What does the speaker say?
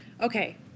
Okay